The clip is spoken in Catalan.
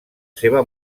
seva